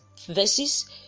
verses